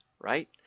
right